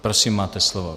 Prosím máte slovo.